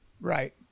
Right